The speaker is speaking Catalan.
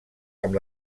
amb